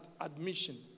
admission